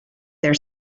their